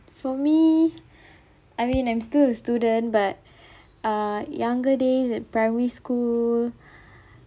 for me I mean I'm still a student but uh younger days at primary school